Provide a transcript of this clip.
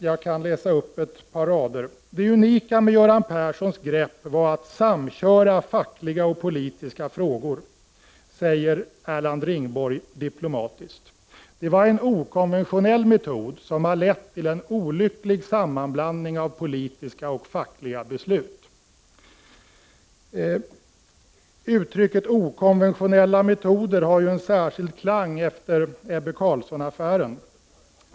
Jag kan läsa upp ett par rader ur tidningen: ”Det unika med Göran Perssons grepp var att samköra fackliga och politiska frågor, säger Erland Ringborg diplomatiskt. Det var en okonventionell metod, som har lett till en olycklig sammanblandning av politiska och fackliga beslut.” Uttrycket okonventionella metoder har ju en särskild klang efter Ebbe Carlsson-affären.